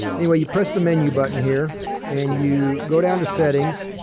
anyway, you press the menu button here and you go down to settings,